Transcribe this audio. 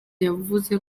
yavuze